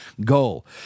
goal